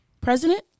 president